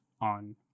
on